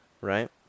right